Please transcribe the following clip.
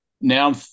now